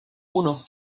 uno